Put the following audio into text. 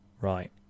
Right